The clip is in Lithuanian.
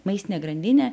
maistinė grandinė